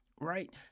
right